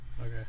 Okay